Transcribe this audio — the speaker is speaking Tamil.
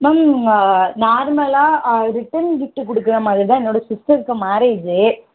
மேம் நார்மலாக ரிட்டன் கிஃப்ட்டு கொடுக்குற மாதிரி தான் என்னோடய சிஸ்டருக்கு மேரேஜ்ஜு